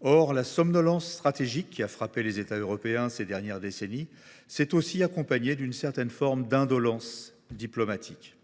Or la somnolence stratégique qui a frappé les États européens ces dernières décennies s’est aussi accompagnée d’une certaine forme d’indolence diplomatique.